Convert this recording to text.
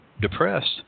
depressed